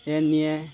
নিয়ে